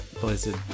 Blizzard